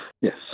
Yes